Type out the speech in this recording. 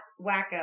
wacko